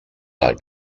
like